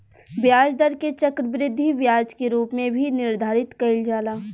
ब्याज दर के चक्रवृद्धि ब्याज के रूप में भी निर्धारित कईल जाला